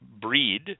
breed